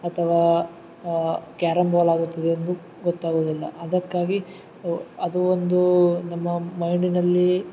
ಅಥವಾ carrom ball ಆಗುತ್ತದೆ ಎಂದು ಗೊತ್ತಾಗೊದಿಲ್ಲ ಅದಕ್ಕಾಗಿ ಅದು ಒಂದು ನಮ್ಮ ಮೈಂಡಿನಲ್ಲೀ